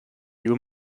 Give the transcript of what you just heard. you